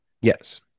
Yes